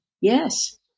yes